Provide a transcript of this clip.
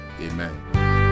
amen